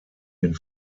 den